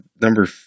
number